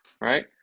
right